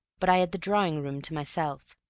but i had the drawing-room to myself.